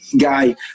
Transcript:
guy